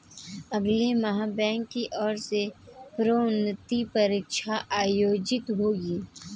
अगले माह बैंक की ओर से प्रोन्नति परीक्षा आयोजित होगी